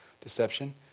deception